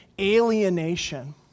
alienation